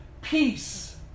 peace